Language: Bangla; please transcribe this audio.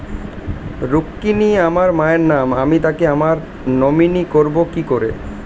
রুক্মিনী আমার মায়ের নাম আমি তাকে আমার নমিনি করবো কি করে?